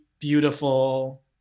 beautiful